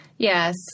Yes